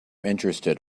interested